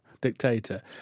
Dictator